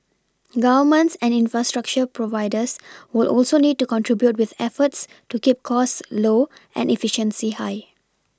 Governments and infrastructure providers will also need to contribute with efforts to keep cost low and efficiency high